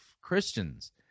Christians